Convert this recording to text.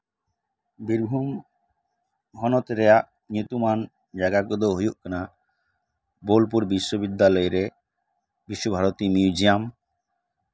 ᱵᱤᱨᱵᱷᱩᱢ ᱦᱚᱱᱚᱛ ᱨᱮᱭᱟᱜ ᱧᱩᱛᱩᱢᱟᱱ ᱡᱟᱭᱜᱟ ᱠᱚᱫᱚ ᱦᱩᱭᱩᱜ ᱠᱟᱱᱟ ᱵᱳᱞᱯᱩᱨ ᱵᱤᱥᱥᱚ ᱵᱤᱫᱽᱫᱟᱞᱚᱭᱨᱮ ᱵᱤᱥᱥᱚ ᱵᱷᱟᱨᱚᱛᱤ ᱢᱤᱭᱩᱡᱤᱭᱟᱢ